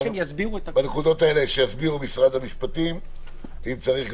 שיסביר משרד המשפטים את הנקודות האלה ואם צריך,